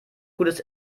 gutes